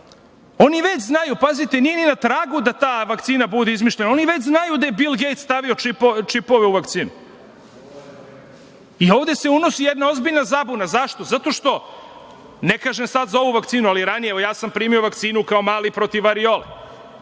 Oni već znaju, nije ni na tragu da ta vakcina bude izmišljena, oni već znaju da je Bil Gejts stavio čipove u vakcinu. Ovde se unosi jedna ozbiljna zabuna. Zašto? Zato što, ne kažem sada za ovu vakcinu, ali ranije sam primio vakcinu kao mali protiv Variole,